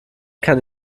kann